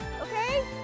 okay